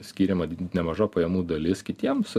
skiriama nemaža pajamų dalis kitiems